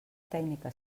tècnica